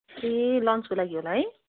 ए लन्चको लागि होला है